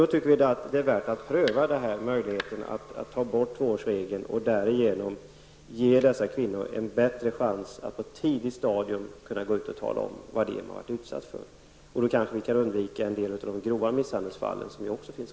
Vi tycker att det är värt att pröva att ta bort tvåårsregeln och därigenom ge dessa kvinnor en bättre chans att på ett tidigt stadium gå ut och tala om vad de har varit utsatta för. Då kanske vi kan undvika en del av de grova misshandelsfall som rapporteras.